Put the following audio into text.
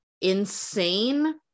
insane